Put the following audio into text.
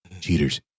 Cheaters